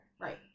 Right